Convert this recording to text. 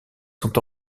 sont